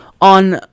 on